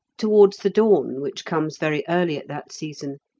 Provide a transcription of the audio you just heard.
towards the dawn, which comes very early at that season,